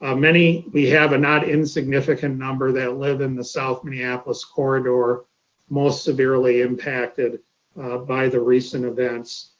ah many, we have a not insignificant number that live in the south minneapolis corridor most severely impacted by the recent events,